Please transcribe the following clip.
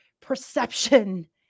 perception